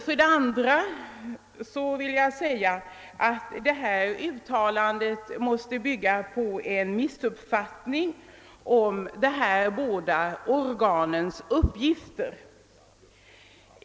För det andra vill jag säga att detta uttalande måste bygga på en missuppfattning om dessa båda organs uppgifter.